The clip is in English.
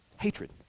Hatred